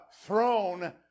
throne